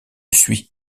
suit